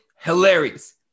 Hilarious